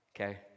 okay